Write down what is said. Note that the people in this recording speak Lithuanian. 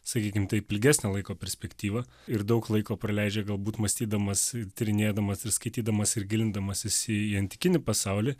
sakykim taip ilgesnę laiko perspektyvą ir daug laiko praleidžia galbūt mąstydamas ir tyrinėdamas ir skaitydamas ir gilindamasis į antikinį pasaulį